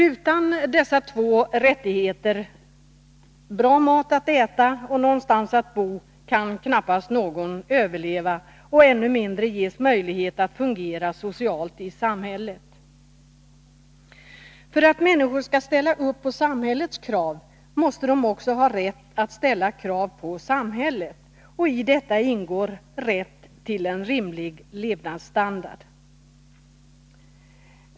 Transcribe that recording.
Utan dessa rättigheter — bra mat att äta och någonstans att bo — kan knappast någon överleva och ännu mindre ges möjlighet att fungera socialt i samhället. För att människor skall ställa upp på samhällets krav måste de också ha rätt att ställa krav på samhället, och i detta ingår rätt till en rimlig levnadsstandard.